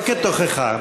לא כתוכחה,